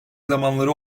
zamanları